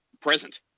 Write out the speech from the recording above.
present